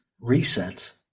reset